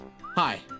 Hi